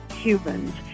humans